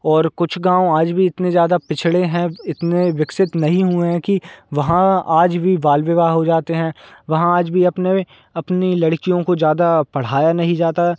और कुछ गाँव आज भी इतने ज़्यादा पिछड़े हैं इतने विकसित नहीं हुए हैं कि वहाँ आज भी बाल विवाह हो जाते हैं वहाँ आज भी अपने अपनी लड़कियों को ज़्यादा पढ़ाया नहीं जाता